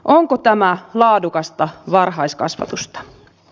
onko tämä laadukasta varhaiskasvatusta